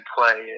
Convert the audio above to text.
play